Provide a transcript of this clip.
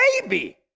baby